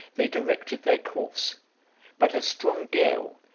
they directed their course but a strong gale,